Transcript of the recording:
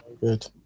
Good